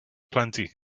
plenty